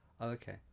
Okay